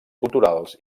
culturals